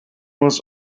was